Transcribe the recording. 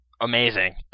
Amazing